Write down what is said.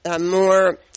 more